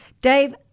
Dave